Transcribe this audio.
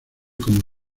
como